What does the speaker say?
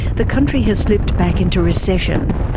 the country has slipped back into recession.